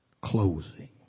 closing